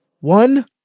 one